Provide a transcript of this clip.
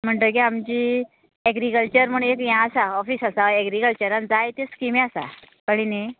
म्हणटगीर आमची अेग्रिकल्चर म्हण एक ये आसा ऑफिस आसा अेग्रिकल्चरान जाय ते स्किमी आसा कळ्ळे न्ही